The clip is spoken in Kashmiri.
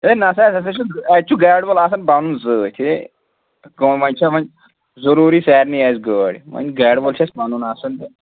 ہے نہ سا اَسہِ ہے چھِ اَسہِ چھُ گاڑِ وول آسان پَنُن سۭتۍ ہے کٲنٛہہ وۄنۍ چھ وۄنۍ ضٔروٗری سارنٕے آسہِ گٲڑۍ وۄنۍ گاڑِ وول چھِ اَسہِ پَنُن آسان تہٕ